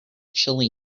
chilly